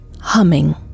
humming